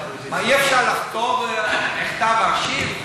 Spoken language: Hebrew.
מה, אי-אפשר לכתוב מכתב, ?